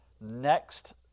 next